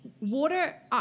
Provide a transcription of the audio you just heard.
Water